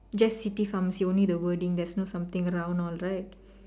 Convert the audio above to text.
just city pharmacy only the wording there's no something wrong all right